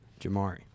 Jamari